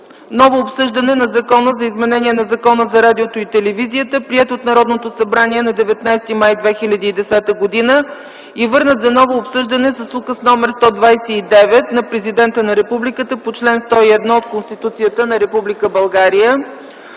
Ново обсъждане на Закона за изменение на Закона за радиото и телевизията, приет от Народното събрание на 19 май 2010 г. и върнат за ново обсъждане с Указ № 129 на президента на Републиката по чл. 101 от Конституцията на Република България.